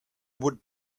would